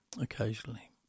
Occasionally